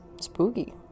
spooky